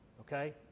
Okay